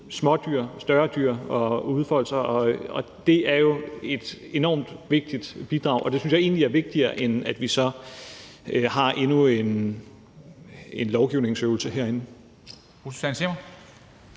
smådyr og større dyr for at udfolde sig. Det er jo et enormt vigtigt bidrag, og det synes jeg egentlig er vigtigere, end at vi har endnu en lovgivningsøvelse herinde.